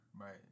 right